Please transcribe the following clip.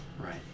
Right